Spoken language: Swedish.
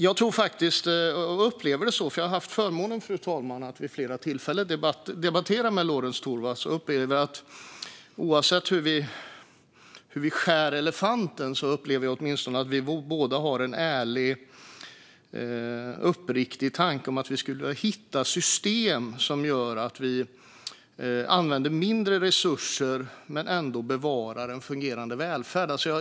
Jag har haft förmånen, fru talman, att vid flera tillfällen debattera med Lorentz Tovatt, och jag upplever att vi båda, oavsett hur vi skär elefanten, har en ärlig och uppriktig tanke om att vi skulle vilja hitta system som gör att vi använder mindre resurser men ändå bevarar en fungerande välfärd.